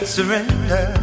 surrender